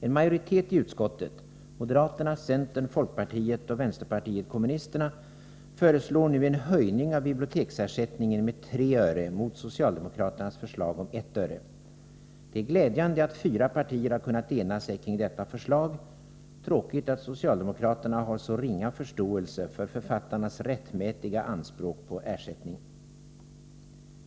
En majoritet i utskottet — moderaterna, centern, folkpartiet och vänsterpartiet kommunisterna — föreslår nu en höjning av biblioteksersättningen med 3 öre mot socialdemokraternas förslag om 1 öre. Det är glädjande att fyra partier har kunnat ena sig kring detta förslag — tråkigt att socialdemokraterna har så ringa förståelse för författarnas rättmätiga anspråk på ersättning.